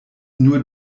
nur